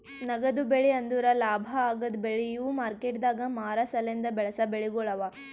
ನಗದು ಬೆಳಿ ಅಂದುರ್ ಲಾಭ ಆಗದ್ ಬೆಳಿ ಇವು ಮಾರ್ಕೆಟದಾಗ್ ಮಾರ ಸಲೆಂದ್ ಬೆಳಸಾ ಬೆಳಿಗೊಳ್ ಅವಾ